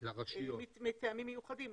מטעמים מיוחדים.